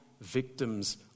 victims